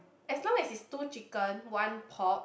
as long as it's two chicken one pork